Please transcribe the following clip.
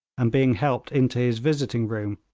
and being helped into his visiting-room,